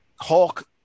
Hulk